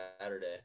Saturday